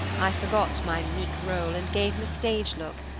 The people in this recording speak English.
i forgot my meek role and gave him a stage look.